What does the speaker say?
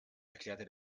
erklärte